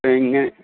ഇങ്ങനെ